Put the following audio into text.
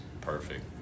perfect